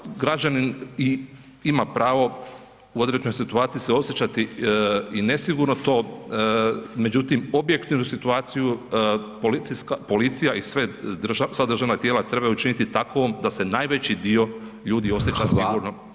Svaki građanin ima pravo u određenoj situaciji se osjećati i nesigurno, to međutim objektivnu situaciju policija i sva državan tijela trebaju činit takvom da se najveći dio ljudi osjeća sigurno.